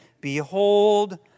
behold